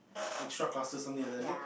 extra classes something like that is it